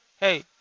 Hey